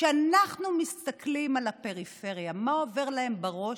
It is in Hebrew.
כשאנחנו מסתכלים על הפריפריה, מה עובר להם בראש,